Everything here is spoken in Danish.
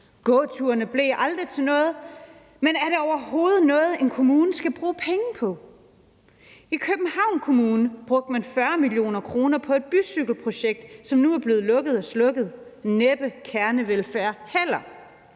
Gåturene blev aldrig til noget, men er det overhovedet noget, en kommune skal bruge penge på? I Københavns Kommune brugte man 40 mio. kr. på et bycykelprojekt, som nu er lukket og slukket. Det er næppe heller